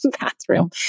bathroom